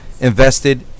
invested